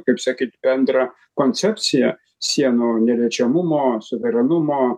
kaip sakyt bendrą koncepciją sienų neliečiamumo suverenumo